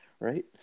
right